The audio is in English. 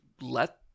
let